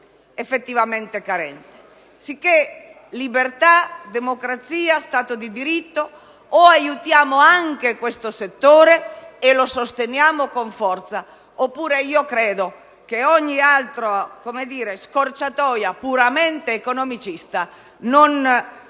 effettivamente carente. Sicché, libertà, democrazia, Stato di diritto: o aiutiamo anche in questi ambiti e sosteniamo con forza certi principi, oppure credo che ogni altra scorciatoia puramente economicista non